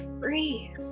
free